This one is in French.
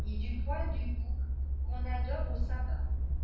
et du poil du bouc qu'on adore au sabbat